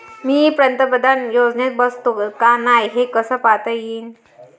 मी पंतप्रधान योजनेत बसतो का नाय, हे कस पायता येईन?